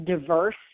diverse